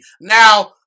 Now